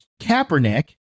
Kaepernick